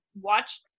watch